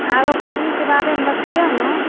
आओर पाबनिके बारेमे बतैऔ ने